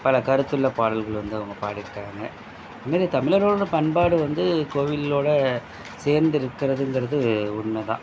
பல கருத்துள்ள பாடல்கள் வந்து அவங்க பாடிருக்காங்கள் அது மாரி தமிழரோட பண்பாடு வந்து கோவிலோட சேர்ந்திருக்கறதுங்கிறது உண்மை தான்